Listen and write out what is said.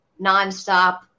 nonstop